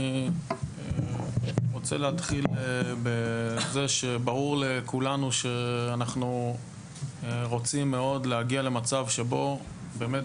אני רוצה להתחיל בזה שברור לכולנו שאנחנו רוצים מאוד להגיע למצב שבו באמת